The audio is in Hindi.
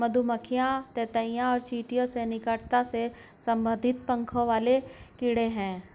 मधुमक्खियां ततैया और चींटियों से निकटता से संबंधित पंखों वाले कीड़े हैं